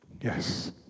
Yes